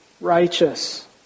righteous